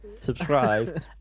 subscribe